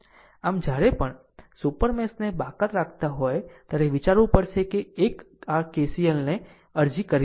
આમ જ્યારે પણ સુપર મેશ ને બાકાત રાખતા હોય ત્યારે વિચારવું પડશે કે એક r KCLએ અરજી કરવી પડશે